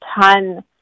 ton